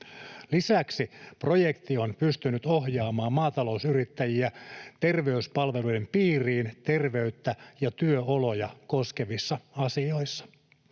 Lisäksi projekti on pystynyt ohjaamaan maatalousyrittäjiä työterveyspalvelujen piiriin terveyttä ja työoloja koskevissa asioissa.